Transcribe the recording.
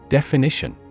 Definition